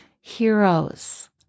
heroes